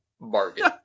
bargain